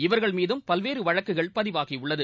இவர்கள் மீதும் பல்வேறு வழக்குகள் பதிவாகியுள்ளது